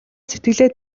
сэтгэлээ